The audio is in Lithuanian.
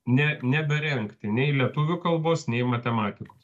ne neberengti nei lietuvių kalbos nei matematikos